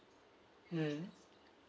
mm